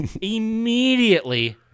immediately